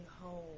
home